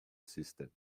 system